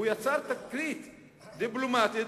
הוא יצר תקרית דיפלומטית.